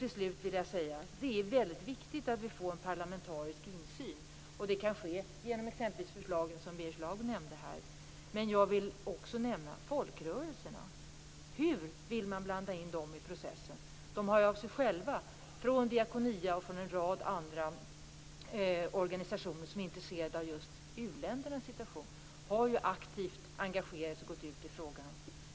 Till slut vill jag säga att det är mycket viktigt att vi får en parlamentarisk insyn. Det kan t.ex. ske genom de förslag som Birger Schlaug nämnde här. Men jag vill också nämna folkrörelserna. Hur vill man blanda in dem i processen? Diakonia och en rad andra organisationer som är intresserade av just u-ländernas situation har ju aktivt engagerat sig och gått ut i frågan.